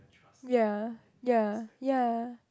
ya ya ya